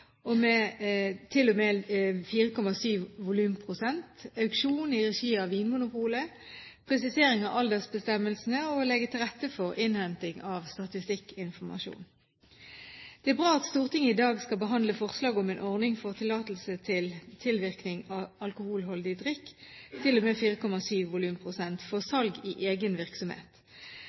og med 4,7 volumprosent, auksjon i regi av Vinmonopolet, presisering av aldersbestemmelsene og å legge til rette for innhenting av statistikkinformasjon. Det er bra at Stortinget i dag skal behandle forslaget om en ordning for tillatelse til tilvirkning av alkoholholdig drikk til og med 4,7 volumprosent for salg i egen virksomhet.